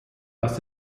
aus